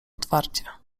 otwarcie